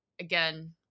again